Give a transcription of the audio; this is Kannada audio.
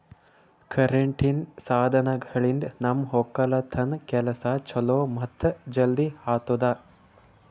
ಕರೆಂಟಿನ್ ಸಾಧನಗಳಿಂದ್ ನಮ್ ಒಕ್ಕಲತನ್ ಕೆಲಸಾ ಛಲೋ ಮತ್ತ ಜಲ್ದಿ ಆತುದಾ